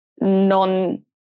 non